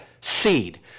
seed